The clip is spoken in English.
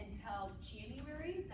until january,